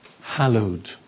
Hallowed